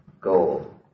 goal